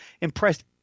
impressed